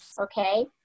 okay